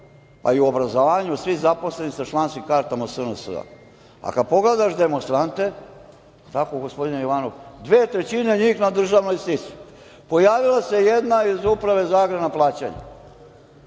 a i u obrazovanju svi zaposleni sa članskim kartama SNS-a, a kad pogledaš demonstrante, je li tako, gospodine Jovanov, dve trećine njih je na državnoj sisi. Pojavila se jedna iz Uprave za agrarna plaćanja,